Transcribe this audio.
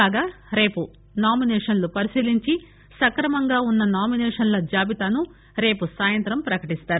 కాగా రేపు నామినేషన్లను పరిశీలించి సక్రమంగా ఉన్న నామినేషన్ల జాబితాను సాయంత్రం ప్రకటిస్తారు